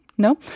No